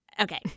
Okay